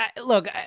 look